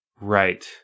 Right